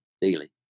daily